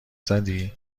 زدی